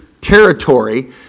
territory